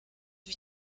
ich